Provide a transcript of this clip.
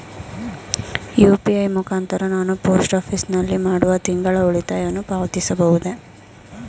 UPI ಮುಖಾಂತರ ನಾನು post office ನಲ್ಲಿ ಮಾಡುವ ತಿಂಗಳ ಉಳಿತಾಯವನ್ನು ಪಾವತಿಸಬಹುದೇ?